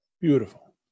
Beautiful